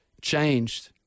changed